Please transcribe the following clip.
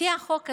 לפי החוק הנ"ל,